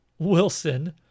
Wilson